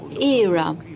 era